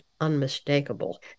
unmistakable